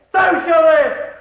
socialist